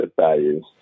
values